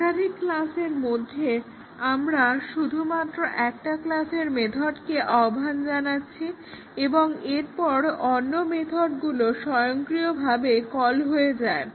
একাধিক ক্লাসের মধ্যে আমরা শুধুমাত্র একটা ক্লাসের মেথডকে আহ্বান জানাচ্ছি এবং এরপর অন্য মেথডগুলো স্বয়ংক্রিয়ভাবে কল হয়ে যায়